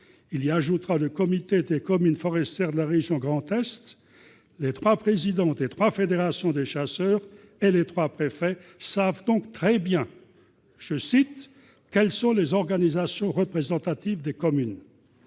ce destinataire le comité des communes forestières de la région du Grand Est. Les trois présidents des trois fédérations de chasseurs et les trois préfets savent donc très bien quelles sont « les organisations représentatives des communes